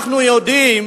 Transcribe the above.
אנחנו יודעים